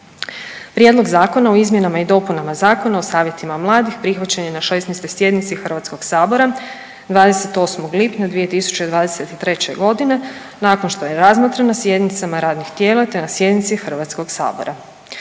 Prijedlog zakona o izmjenama i dopunama Zakona o savjetima mladih prihvaćen je na 16. sjednici HS-a 28. lipnja 2023. g. nakon što je razmotren na sjednicama radnih tijela te na sjednici HS-a.